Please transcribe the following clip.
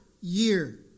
year